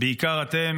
ובעיקר אתם,